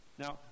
Now